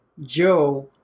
Joe